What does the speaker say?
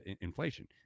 inflation